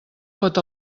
fot